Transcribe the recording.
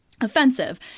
offensive